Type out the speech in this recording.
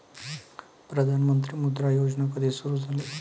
प्रधानमंत्री मुद्रा योजना कधी सुरू झाली?